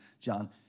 John